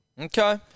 Okay